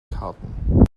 karten